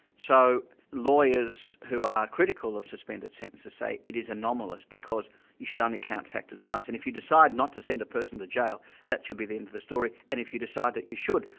so lawyers who are critical of suspended sentences say it is anomalous because you should only count factors once, and if you decide not to send a person to jail that should be the end of the story, and if you decide that you should,